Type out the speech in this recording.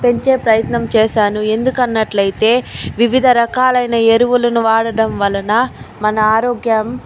పెంచే ప్రయత్నం చేశాను ఎందుకన్నట్లయితే వివిధ రకాలైన ఎరువులు వాడటం వలన మన ఆరోగ్యం